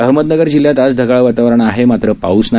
अहमदनगर जिल्ह्यात आज ढगाळ वातावरण आहे मात्र पाऊस नाही